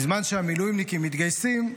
בזמן שהמילואימניקים מתגייסים,